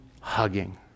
hugging